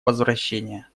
возвращение